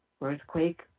earthquake